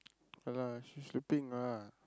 ya lah she's sleeping lah